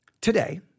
Today